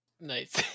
Nice